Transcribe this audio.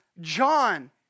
John